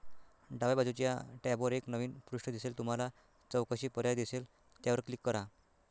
डाव्या बाजूच्या टॅबवर एक नवीन पृष्ठ दिसेल तुम्हाला चौकशी पर्याय दिसेल त्यावर क्लिक करा